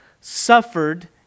suffered